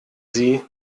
sie